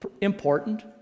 important